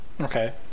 Okay